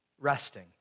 resting